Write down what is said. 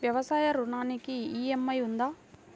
వ్యవసాయ ఋణానికి ఈ.ఎం.ఐ ఉందా?